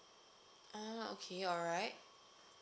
ah okay alright